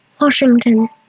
Washington